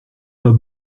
pas